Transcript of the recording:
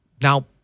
Now